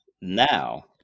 now